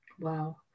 Wow